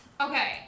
Okay